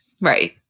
Right